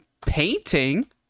painting